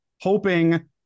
hoping